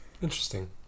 Interesting